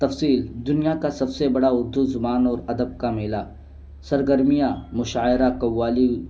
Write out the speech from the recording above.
تفصیل دنیا کا سب سے بڑا اردو زبان اور ادب کا میلہ سرگرمیاں مشاعرہ قوالی